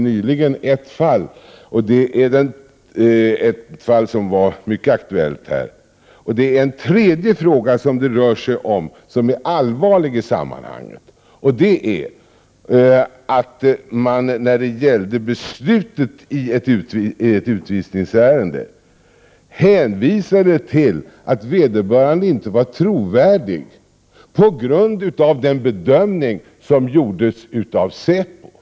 Nyligen hade vi ett mycket aktuellt fall, vilket berörde en tredje fråga som är allvarlig i sammanhanget, nämligen att man när det gällde beslut i ett utvisningsärende hänvisade till att vederbörande inte var trovärdig på grund av den bedömning som gjordes av säpo.